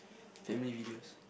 family videos